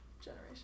Generation